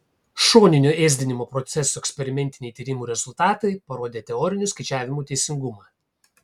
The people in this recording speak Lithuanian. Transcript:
šoninio ėsdinimo procesų eksperimentiniai tyrimų rezultatai parodė teorinių skaičiavimų teisingumą